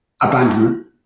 abandonment